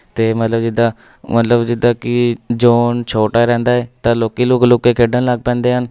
ਅਤੇ ਮਤਲਬ ਜਿੱਦਾਂ ਮਤਲਬ ਜਿੱਦਾਂ ਕਿ ਜ਼ੋਨ ਛੋਟਾ ਰਹਿੰਦਾ ਹੈ ਤਾਂ ਲੋਕ ਲੁੱਕ ਲੁੱਕ ਕੇ ਖੇਡਣ ਲੱਗ ਪੈਂਦੇ ਹਨ